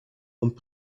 und